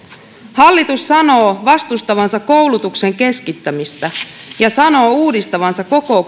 hallitus sanoo vastustavansa koulutuksen keskittämistä ja uudistavansa koko